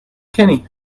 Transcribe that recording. kenny